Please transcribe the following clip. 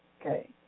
Okay